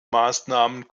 maßnahmen